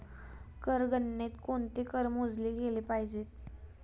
कर गणनेत कोणते कर मोजले गेले पाहिजेत?